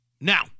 Now